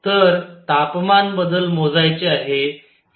तर तापमान बदल मोजायचे आहे